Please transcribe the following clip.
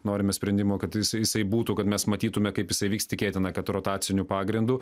norime sprendimo kad jisai jisai būtų kad mes matytume kaip jisai vyks tikėtina kad rotaciniu pagrindu